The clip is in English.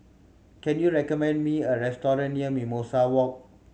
can you recommend me a restaurant near Mimosa Walk